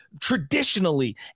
traditionally